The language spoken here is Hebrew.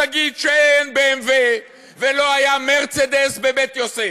תגיד שאין ב.מ.וו ולא היה מרצדס בבית-יוסף.